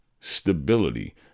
stability